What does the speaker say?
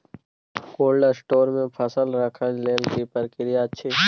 Cold store मे फसल रखय लेल की प्रक्रिया अछि?